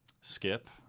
Skip